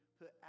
put